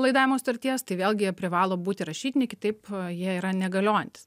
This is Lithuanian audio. laidavimo sutarties tai vėlgi jie privalo būti rašytiniai kitaip jie yra negaliojantys